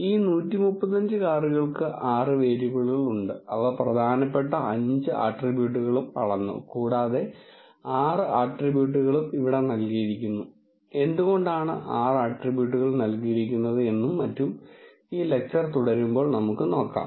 ഈ 135 കാറുകൾക്ക് 6 വേരിയബിളുകൾ ഉണ്ട് അവ പ്രധാനപ്പെട്ട 5 ആട്രിബ്യൂട്ടുകളും അളന്നു കൂടാതെ 6 ആട്രിബ്യൂട്ടുകളും ഇവിടെ നൽകിയിരിക്കുന്നു എന്തുകൊണ്ടാണ് 6 ആട്രിബ്യൂട്ടുകൾ നൽകിയിരിക്കുന്നത് എന്നും മറ്റും ഈ ലെക്ച്ചർ തുടരുമ്പോൾ നമുക്ക് നോക്കാം